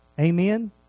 Amen